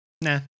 nah